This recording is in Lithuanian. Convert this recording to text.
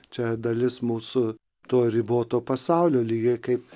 čia dalis mūsų to riboto pasaulio lygiai kaip